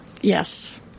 Yes